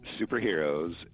superheroes